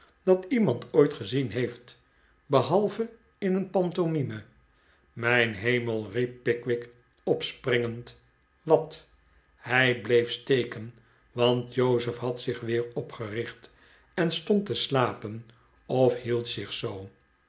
dat iemand ooit gezien heeft behalve in een pantomime mijn hemel riep pickwick opspringend wat hij bleef stefcen want jozef had zich weer opgericht en stond te slapen of hield zich zoo